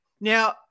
Now